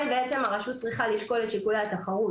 בעצם הרשות צריכה לשקול את שיקולי התחרות.